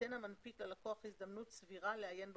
ייתן המנפיק ללקוח הזדמנות סבירה לעיין בחוזה.